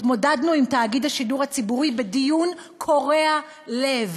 התמודדנו עם תאגיד השידור הציבורי בדיון קורע לב.